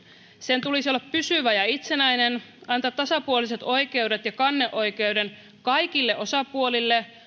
sen tulisi olla pysyvä ja itsenäinen antaa tasapuoliset oikeudet ja kanneoikeus kaikille osapuolille